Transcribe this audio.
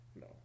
No